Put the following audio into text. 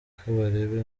kabarebe